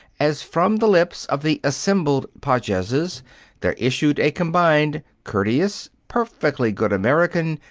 as from the lips of the assembled pages there issued a combined, courteous, perfectly good american,